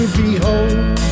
behold